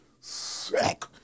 Sick